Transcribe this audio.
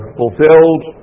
fulfilled